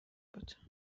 بود